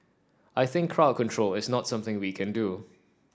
I think crowd control is not something we can do